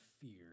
fear